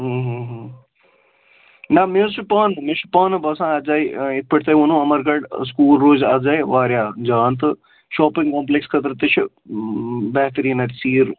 نہ مےٚ حظ چھُ پانہٕ مےٚ چھُ پانہٕ باسان اَتھ زایہِ یِتھ پٲٹھۍ تۄہہِ ووٚنو اَمرگَنٛڈِ سکوٗل روزِ اَتھ زایہِ واریاہ جان تہٕ شاپِنٛگ کَمپٕلیکٕس خٲطرٕ تہِ چھِ بہتریٖن اَتہِ ژیٖر